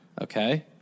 Okay